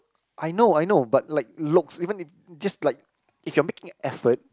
I know I know but like looks even if just like if you're making an effort